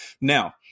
Now